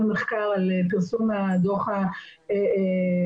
המחקר והמידע על פרסום הדוח המעניין,